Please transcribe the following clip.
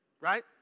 right